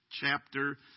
chapter